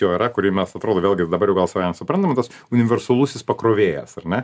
jau yra kurį mes atrodo vėlgi dabar jau gal mes jo nesuprantam tas universalusis pakrovėjas ar ne